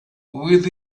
with